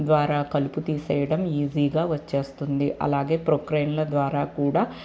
ద్వారా కలుపు తీసేయడం ఈజీగా వచ్చేస్తుంది అలాగే ప్రొక్లెయినర్ ద్వారా కూడా